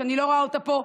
שאני לא רואה אותה פה.